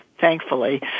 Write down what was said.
thankfully